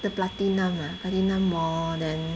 the platinum ah platinum mall then